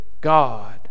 God